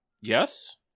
Yes